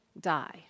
die